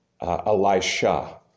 Elisha